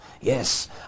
Yes